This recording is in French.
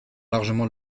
largement